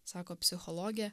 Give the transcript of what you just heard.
sako psichologė